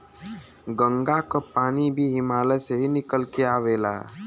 गंगा क पानी भी हिमालय से ही निकल के आवेला